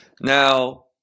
Now